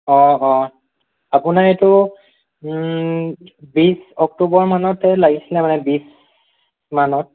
অ' অ' আপোনাৰ এইটো বিশ অক্টোবৰ মানত লাগিছিল মানে বিশ মানত